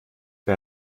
bei